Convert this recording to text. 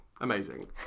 Amazing